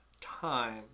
time